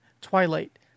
Twilight